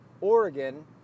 Oregon